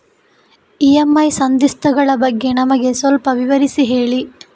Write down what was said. EMI ಸಂಧಿಸ್ತ ಗಳ ಬಗ್ಗೆ ನಮಗೆ ಸ್ವಲ್ಪ ವಿಸ್ತರಿಸಿ ಹೇಳಿ